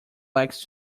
likes